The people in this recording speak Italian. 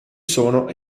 sono